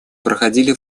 проходили